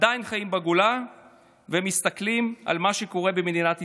עדיין חיים בגולה ומסתכלים על מה שקורה במדינת ישראל.